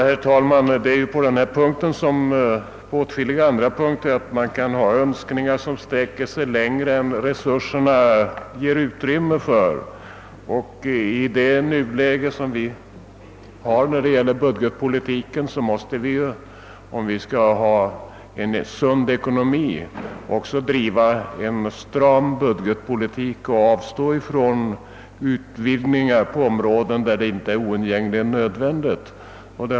Herr talman! På denna punkt liksom på åtskilliga andra kan man ha önskningar som sträcker sig längre än resurserna ger utrymme för. I det läge som nu råder måste vi, om vi skall ha en sund ekonomi, också driva en stram budgetpolitik och avstå från utvidgningar på områden, där de inte är oundgängligen nödvändiga.